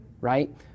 right